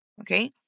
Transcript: Okay